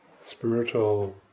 spiritual